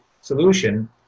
solution